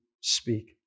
speak